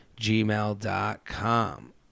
gmail.com